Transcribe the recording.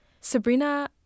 Sabrina